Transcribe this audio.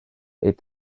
est